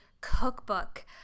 cookbook